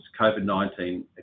COVID-19